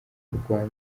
kurwanya